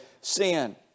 sin